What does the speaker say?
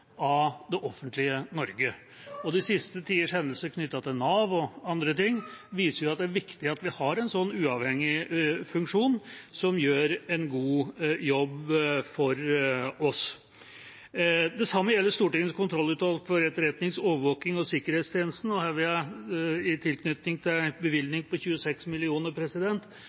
av det offentlige Norge. De siste tiders hendelser knyttet til Nav og andre ting viser at det er viktig at vi har en sånn uavhengig funksjon som gjør en god jobb for oss. Det samme gjelder Stortingets kontrollutvalg for etterretnings-, overvåkings- og sikkerhetstjenesten. Her vil jeg i tilknytning til bevilgningen på 26